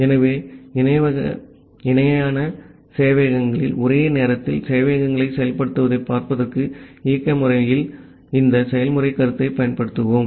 ஆகவே இணையான சேவையகங்களில் ஒரே நேரத்தில் சேவையகங்களை செயல்படுத்துவதைப் பார்ப்பதற்கு இயக்க முறைமையில் இந்த செயல்முறைக் கருத்தைப் பயன்படுத்துவோம்